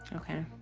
okay.